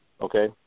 Okay